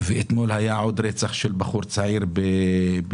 ואתמול היה עוד רצח של בחור צעיר בלוד.